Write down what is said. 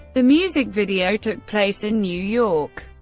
the music video took place in new york.